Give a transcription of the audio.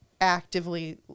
actively